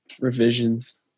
revisions